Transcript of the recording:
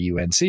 UNC